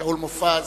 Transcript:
שאול מופז,